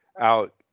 out